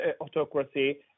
autocracy